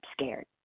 scared